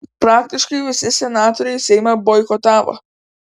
praktiškai visi senatoriai seimą boikotavo